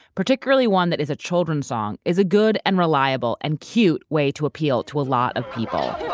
particularly one that is a children's song, is a good, and reliable, and cute way to appeal to a lot of people